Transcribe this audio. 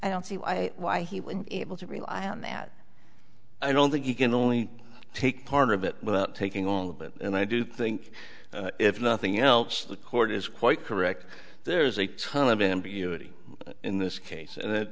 i don't see why why he would be able to rely on that i don't think you can only take part of it without taking all of it and i do think if nothing else the court is quite correct there is a ton of ambiguity in this case and